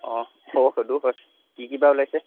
অঁ হ'ব সেইটোও হয় কি কি বা ওলাইছে